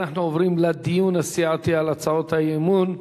אנחנו עוברים לדיון הסיעתי על הצעות האי-אמון.